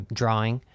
drawing